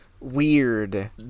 weird